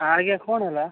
ଆଜ୍ଞା କ'ଣ ହେଲା